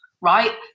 right